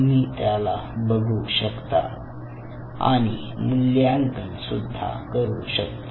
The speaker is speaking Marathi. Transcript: तुम्ही त्याला बघू शकता आणि मूल्यांकन सुद्धा करू शकता